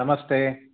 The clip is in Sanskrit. नमस्ते